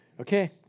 Okay